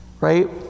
right